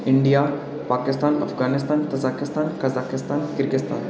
India Pakistan Afghanistan Tajikistan Kazakhstan गिलगीस्तान